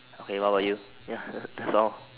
okay what about you ya that's all